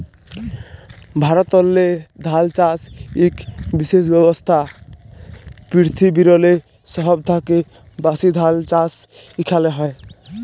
ভারতেল্লে ধাল চাষ ইক বিশেষ ব্যবসা, পিরথিবিরলে সহব থ্যাকে ব্যাশি ধাল চাষ ইখালে হয়